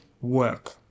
work